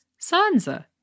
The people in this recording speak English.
Sansa